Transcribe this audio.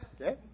Okay